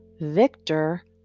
Victor